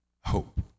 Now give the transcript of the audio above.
hope